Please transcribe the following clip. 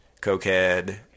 Cokehead